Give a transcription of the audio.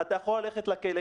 אתה יכול ללכת לכלא.